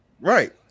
Right